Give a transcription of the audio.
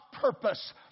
purpose